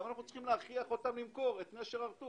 למה אנחנו צריכים להכריח אותם למכור את נשר?